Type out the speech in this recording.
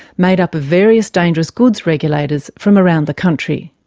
made up of various dangerous goods regulators from around the country.